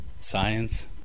Science